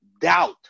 doubt